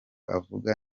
avuga